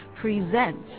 presents